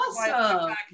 awesome